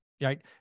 right